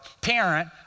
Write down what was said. parent